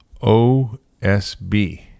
OSB